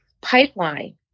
pipeline